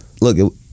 Look